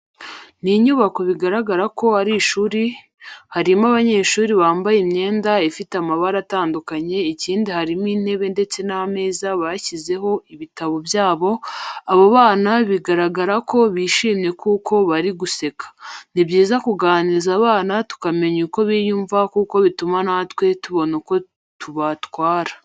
Ni inyubako bigaragara ko ari ishuri, harimo abanyeshuri bambaye imyenda ifite amabara batandukanye. Ikindi harimo intebe ndetse n'ameza bashyizeho ibitabo byabo, abo bana biragaragara ko bishimye kuko bari guseka. Ni byiza kuganiriza abana tukamenya uko biyumva kuko bituma na twe tubona uko tubatwara.